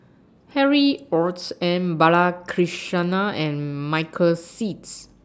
Harry Ords M Balakrishnan and Michael Seets